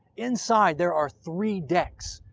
inside, there are three decks.